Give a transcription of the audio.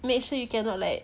make sure you cannot like